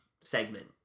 segment